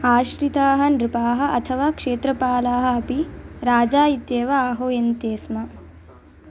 आश्रिताः नृपाः अथवा क्षेत्रपालाः अपि राजा इत्येव आहूयन्ते स्म